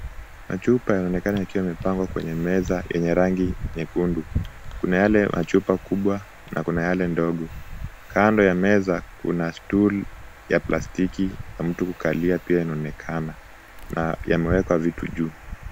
Chupa inaonekana kupangwa kwenye meza ya rangi nyekundu. Kuna yale machupa makubwa na kuna yale ndogo. Kando ya meza kuna stool ya plastiki ya mtu kukalia pia inaonekana na yameweka vitu juu.